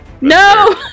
No